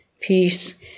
peace